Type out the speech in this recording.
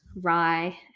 rye